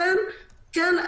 כמו כן,